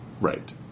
Right